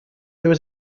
there